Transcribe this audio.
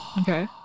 Okay